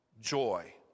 joy